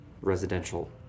residential